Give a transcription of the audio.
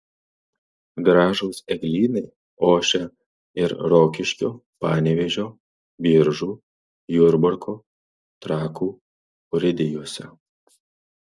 gražūs eglynai ošia ir rokiškio panevėžio biržų jurbarko trakų urėdijose